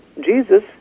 Jesus